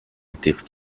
active